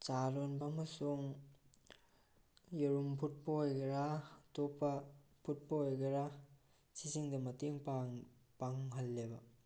ꯆꯥ ꯂꯣꯟꯕ ꯑꯃꯁꯨꯡ ꯌꯦꯔꯨꯝ ꯐꯨꯠꯄ ꯑꯣꯏꯒꯦꯔꯥ ꯑꯇꯣꯞꯄ ꯐꯨꯠꯄ ꯑꯣꯏꯒꯦꯔꯥ ꯁꯤꯁꯤꯡꯗ ꯃꯇꯦꯡ ꯄꯥꯡꯍꯜꯂꯦꯕ